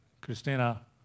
Christina